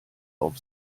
auf